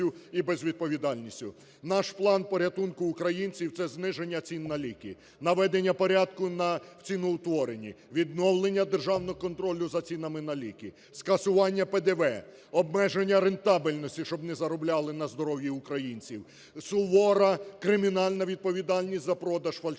Наш план порятунку українців - це зниження цін на ліки; наведення порядку на… в ціноутворенні; відновлення державного контролю за цінами на ліки; скасування ПДВ; обмеження рентабельності, щоб не заробляли на здоров'ї українців; сувора кримінальна відповідальність за продаж фальшивих